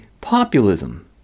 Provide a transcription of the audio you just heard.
populism